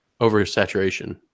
oversaturation